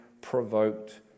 provoked